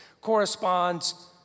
corresponds